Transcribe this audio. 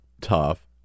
tough